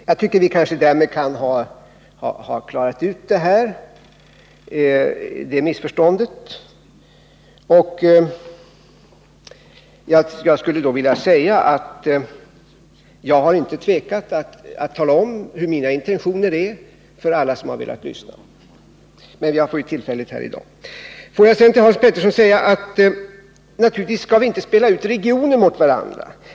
Därmed tycker jag att vi kan ha klarat ut det missförståndet. Jag skulle då vilja säga att jag har inte tvekat att tala om för alla som velat lyssna, vilka mina intentioner är. Jag har ju också fått tillfälle att göra det här i dag. Låt mig sedan till Hans Petersson säga, att naturligtvis skall vi inte spela ut regioner mot varandra.